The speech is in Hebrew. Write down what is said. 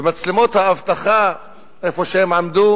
ומצלמות האבטחה במקום שהם עמדו